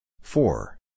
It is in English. Four